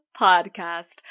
podcast